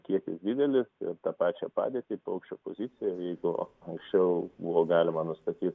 kiekis didelis ir tą pačią padėtį paukščio poziciją jeigu anksčiau buvo galima nustatyt